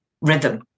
rhythm